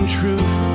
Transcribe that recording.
truth